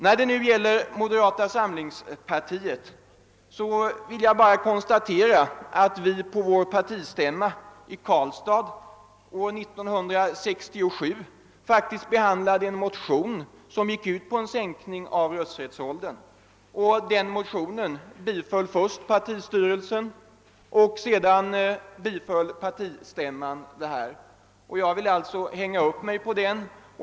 När det nu gäller moderata samlingspartiet vill jag bara konstatera att vi på vår partistämma i Karlstad 1967 faktiskt behandlade en motion som gick ut på en sänkning av rösträttsåldern. Denna motion tillstyrktes först av partistyrelsen och bifölls sedan också av partistämman.